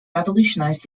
revolutionized